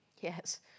Yes